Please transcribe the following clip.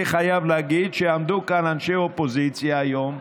אני חייב להגיד שעמדו כאן אנשי אופוזיציה היום,